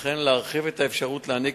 וכן מבוקש להרחיב את האפשרות להעניק